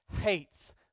hates